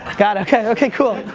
got it, okay, okay, cool.